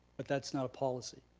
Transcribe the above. but that's not a policy?